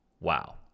wow